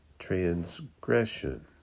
transgression